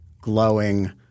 glowing –